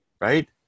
Right